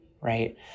Right